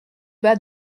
bas